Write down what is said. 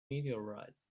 meteorites